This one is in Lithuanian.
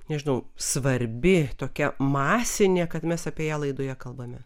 nežinau svarbi tokia masinė kad mes apie ją laidoje kalbame